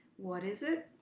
what is it?